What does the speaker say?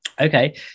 Okay